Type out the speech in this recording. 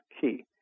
key